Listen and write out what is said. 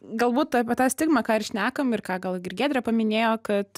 galbūt apie tą stigmą ką ir šnekam ir ką gal ir giedrė paminėjo kad